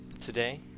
Today